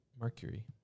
Mercury